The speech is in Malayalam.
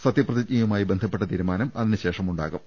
സത്യപ്രതിജ്ഞയുമായി ബന്ധപ്പെട്ട തീരുമാനം അതിനുശേഷം ഉണ്ടാകും